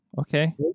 okay